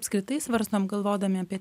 apskritai svarstom galvodami apie